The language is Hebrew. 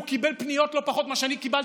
הוא קיבל פניות לא פחות ממה שאני קיבלתי,